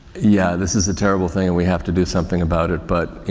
yeah, this is a terrible thing and we have to do something about it but,